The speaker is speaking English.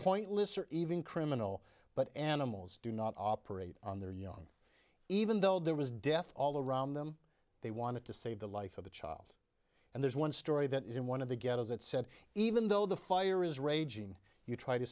pointless or even criminal but animals do not operate on their young even though there was death all around them they wanted to save the life of a child and there's one story that is in one of the ghettos that said even though the fire is raging you try to